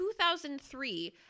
2003